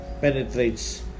penetrates